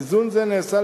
איזון זה נעשה,